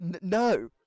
no